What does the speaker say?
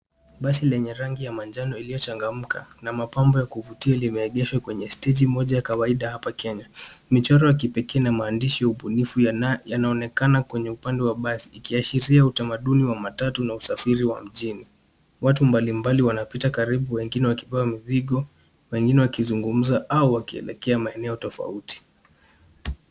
Basi lenye rangi ya manjano iliyochangamka na mapambo ya kuvutia, limeegeshwa kwenye steji moja ya kawaida hapa Kenya. Michoro ya kipekee na maandishi ya ubunifu yanaonekana kwenye upande wa basi, ikiashiria utamaduni wa matatu na usafiri wa mjini. Watu mbalimbali wanapita karibu wengine wakibeba mzigo, wengine wakizungumza au wakielekea maeneo tofauti.